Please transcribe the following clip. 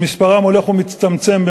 שמספרם הולך ומצטמצם.